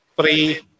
free